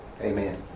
Amen